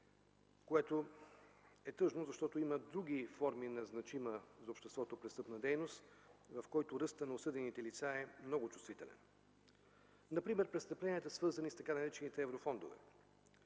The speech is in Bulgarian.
което е тъжно, защото има други форми на значима за обществото престъпна дейност, в които ръстът на осъдените лица е много чувствителен. Например престъпленията, свързани с така наречените еврофондове.